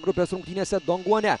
grupės rungtynėse donguane